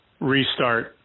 restart